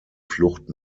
flucht